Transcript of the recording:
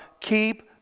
keep